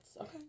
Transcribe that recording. Okay